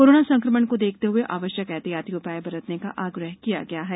corona संक्रमण को देखते हुए आवश्यक ऐहतियाती उपाय बरतने का आग्रह किया गया है